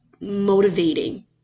motivating